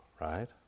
right